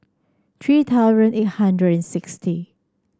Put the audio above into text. three thousand eight hundred and sixty